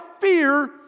fear